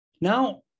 Now